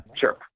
Sure